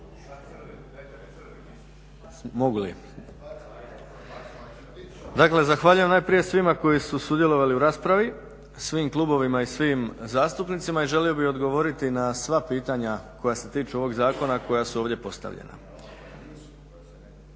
**Bauk, Arsen (SDP)** Mogu li? Dakle, zahvaljujem najprije svima koji su sudjelovali u raspravi, svim klubovima i svim zastupnicima. Želio bih odgovoriti na sva pitanja koja se tiču ovog zakona koja su ovdje postavljena.